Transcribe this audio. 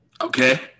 Okay